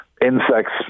insects